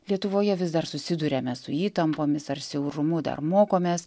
lietuvoje vis dar susiduriame su įtampomis ar siaurumu dar mokomės